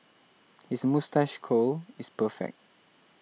his moustache curl is perfect